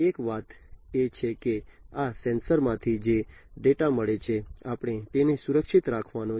એક વાત એ છે કે આ સેન્સર માંથી જે ડેટા મળે છે આપણે તેને સુરક્ષિત રાખવાનો છે